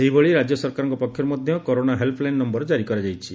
ସେହିଭଳି ରାଜ୍ୟ ସରକାର ପକ୍ଷରୁ ମଧା କରୋନା ହେଲ୍ପଲାଇନ୍ ନୟର ଜାରି କରାଯାଇଛି